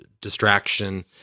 distraction